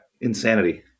insanity